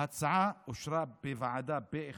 ההצעה אושרה בוועדה פה אחד,